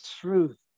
truth